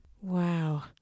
Wow